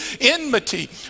enmity